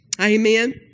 Amen